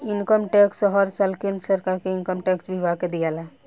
income tax हर साल केंद्र सरकार के इनकम टैक्स विभाग के दियाला